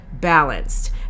balanced